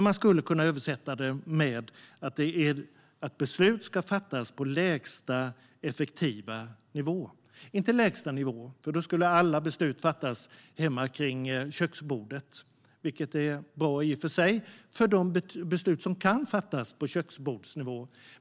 Man skulle kunna översätta det med att beslut ska fattas på lägsta effektivaste nivå, inte på lägsta nivå, för då skulle alla beslut fattas hemma kring köksbordet, vilket är bra i och för sig för de beslut som kan fattas på köksbordsnivå.